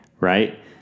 right